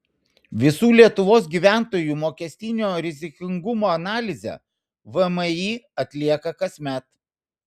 visų lietuvos gyventojų mokestinio rizikingumo analizę vmi atlieka kasmet